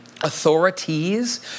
authorities